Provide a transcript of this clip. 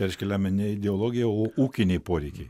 reiškia lemia ne ideologija o ūkiniai poreikiai